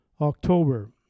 October